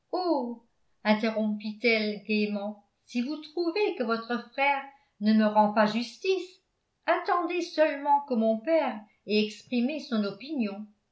si vous trouvez que votre frère ne me rend pas justice attendez seulement que mon père ait exprimé son opinion